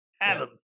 Adam